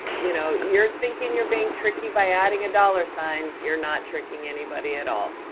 you know, you're thinking you're being tricky by adding a dollar sign, you're not tricking anybody at all,